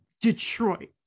Detroit